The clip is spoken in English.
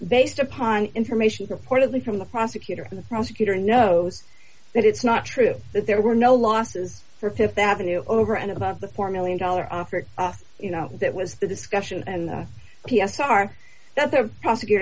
based upon information reportedly from the prosecutor and the prosecutor knows that it's not true that there were no losses for th avenue over and above the four million dollars offered you know that was the discussion and the p s r that the prosecutor